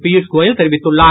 பியூஸ்கோயல் தெரிவித்துள்ளார்